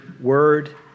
word